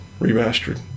remastered